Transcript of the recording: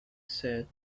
said